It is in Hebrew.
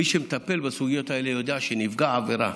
מי שמטפל בסוגיות האלה יודע שנפגע עבירה